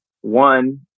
One